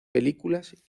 películas